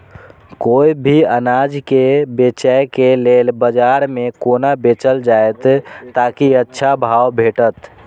कोय भी अनाज के बेचै के लेल बाजार में कोना बेचल जाएत ताकि अच्छा भाव भेटत?